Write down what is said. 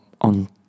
on